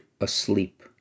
asleep